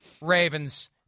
Ravens